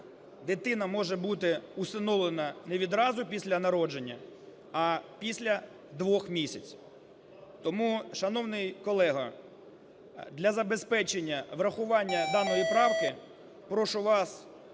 дитина може бути усиновлена не відразу після народження, а після двох місяців. Тому, шановній колего, для забезпечення врахування даної правки прошу вас